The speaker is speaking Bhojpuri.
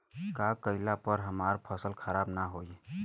का कइला पर हमार फसल खराब ना होयी?